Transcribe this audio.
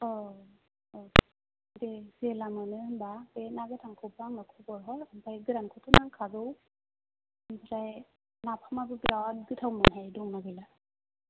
औ औ दे जेला मोनो होमबा बे ना गोथांखौबो आंनो खबर हर आमफ्राय गोरानखौथ' नांखागौ आमफ्राय नाफामआबो बिराद गोथावमोनहाय दं ना गैला